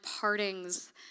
partings